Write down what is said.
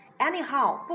Anyhow